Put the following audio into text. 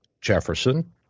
Jefferson